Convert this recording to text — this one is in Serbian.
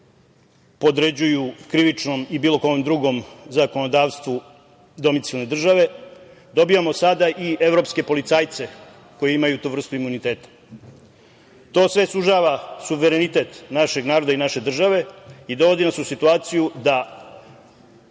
podređuju krivičnom i bilo kom drugom zakonodavstvu domicijalne države, dobijamo sada i evropske policajce koji imaju tu vrstu imuniteta. To sve sužava suverenitet našeg naroda i naše države i dovodi nas u situaciju da